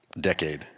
decade